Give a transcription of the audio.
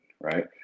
right